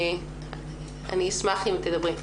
אני אשמח אם תדברי.